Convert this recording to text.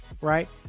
right